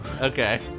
Okay